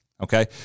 okay